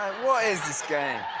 um what is this game?